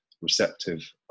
receptive